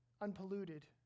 Unpolluted